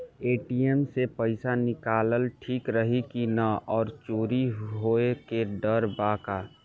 ATM से पईसा निकालल ठीक रही की ना और चोरी होये के डर बा का?